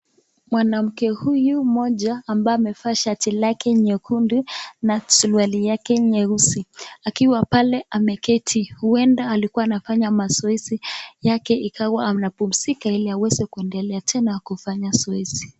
Mwanamke huyu mmoja ambaye amevaa shati lake nyekundu na suruali yake nyeusi; akiwa pale ameketi. Huenda alikuwa anafanya mazoezi yake ikawa anapumzuka ili aweze kuendelea tena kufanya tena zoezi.